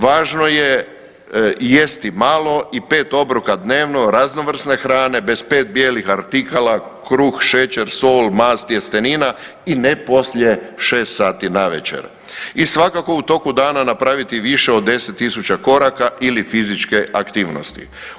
Važno je jesti malo i 5 obroka dnevno raznovrsne hrane bez 5 bijelih artikala kruh, šećer, sol, mast, tjestenina i ne poslije 6 sati navečer i svakako u toku dana napraviti više od 10.000 koraka ili fizičke aktivnosti.